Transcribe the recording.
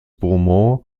beaumont